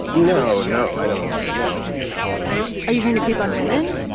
no. no, i don't no are you trying to creep on women?